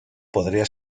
podría